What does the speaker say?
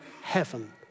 heaven